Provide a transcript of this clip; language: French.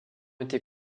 été